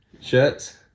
shirts